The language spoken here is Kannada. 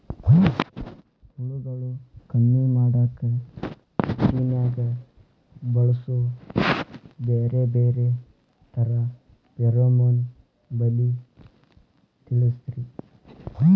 ಹುಳುಗಳು ಕಮ್ಮಿ ಮಾಡಾಕ ಹತ್ತಿನ್ಯಾಗ ಬಳಸು ಬ್ಯಾರೆ ಬ್ಯಾರೆ ತರಾ ಫೆರೋಮೋನ್ ಬಲಿ ತಿಳಸ್ರಿ